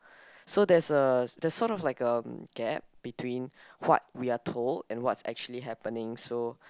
so there's a there's sort of like um gap between what we are told and what's actually happening so